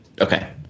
Okay